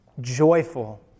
joyful